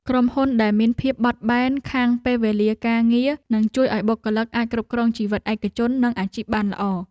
ក្រុមហ៊ុនដែលមានភាពបត់បែនខាងពេលវេលាការងារនឹងជួយឱ្យបុគ្គលិកអាចគ្រប់គ្រងជីវិតឯកជននិងអាជីពបានល្អ។